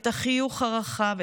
את החיוך הרחב,